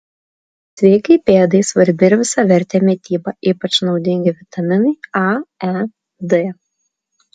sveikai pėdai svarbi ir visavertė mityba ypač naudingi vitaminai a e d